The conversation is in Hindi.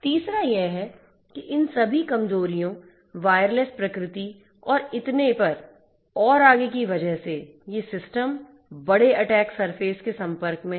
तीसरा यह है कि इन सभी कमजोरियों वायरलेस प्रकृति और इतने पर और आगे की वजह से ये सिस्टम बड़े अटैक सरफेस के संपर्क में हैं